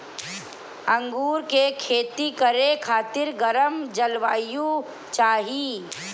अंगूर के खेती करे खातिर गरम जलवायु चाही